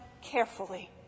carefully